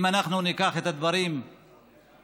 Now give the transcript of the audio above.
אם אנחנו ניקח את הדברים בהקשרם,